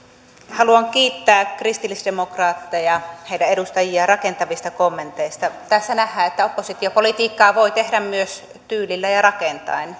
haluan kiittää kristillisdemokraatteja heidän edustajiaan rakentavista kommenteista tässä nähdään että oppositiopolitiikkaa voi tehdä myös tyylillä ja rakentaen